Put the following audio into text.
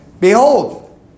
Behold